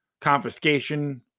Confiscation